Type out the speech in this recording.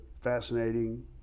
fascinating